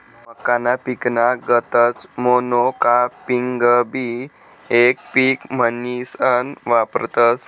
मक्काना पिकना गतच मोनोकापिंगबी येक पिक म्हनीसन वापरतस